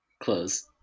close